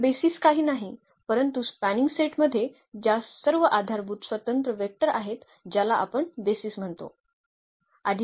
तर बेसीस काही नाही परंतु स्पॅनिंग सेटमध्ये ज्यास सर्व आधारभूत स्वतंत्र वेक्टर आहेत ज्याला आपण बेसीस म्हणतो